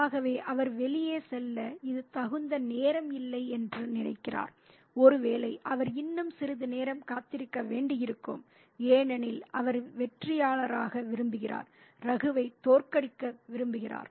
ஆகவே அவர் வெளியே செல்ல இது தகுந்த நேரம் இல்லை என்று நினைக்கிறார் ஒருவேளை அவர் இன்னும் சிறிது நேரம் காத்திருக்க வேண்டியிருக்கும் ஏனெனில் அவர் வெற்றியாளராக விரும்புகிறார் ரகுவை தோற்கடிக்க விரும்புகிறார்